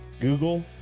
google